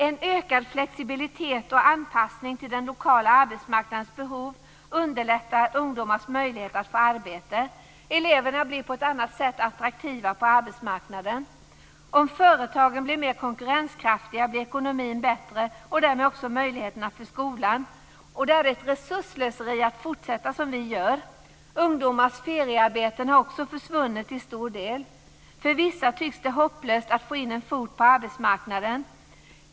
En ökad flexibilitet och anpassning till den lokala arbetsmarknadens behov underlättar ungdomars möjligheter att få arbete. Eleverna blir på ett annat sätt attraktiva på arbetsmarknaden. Om företagen blir mer konkurrenskraftiga blir ekonomin bättre, och därmed ökar också möjligheterna för skolan. Det är resursslöseri att fortsätta så som vi gör. Vidare har ungdomars feriearbeten till stor del försvunnit. För vissa tycks det hopplöst att få in en fot på arbetsmarknaden.